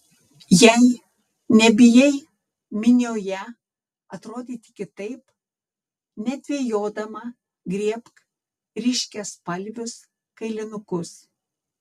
jei nebijai minioje atrodyti kitaip nedvejodama griebk ryškiaspalvius kailinukus